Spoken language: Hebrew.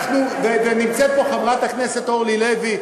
ונמצאת פה חברת הכנסת אורלי לוי,